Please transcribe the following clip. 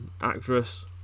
actress